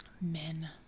Men